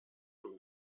von